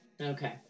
Okay